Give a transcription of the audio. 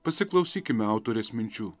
pasiklausykime autorės minčių